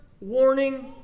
warning